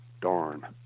darn